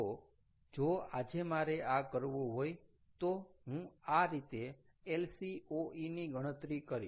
તો જો આજે મારે આ કરવું હોય તો હું આ રીતે LCOE ની ગણતરી કરીશ